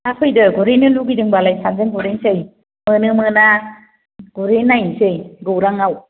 हा फैदो गुरहैनो लुबैदोंबालाय सानैजों गुरहैसै मोनो मोना गुरहैनायसै गौरांआव